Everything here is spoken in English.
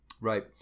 Right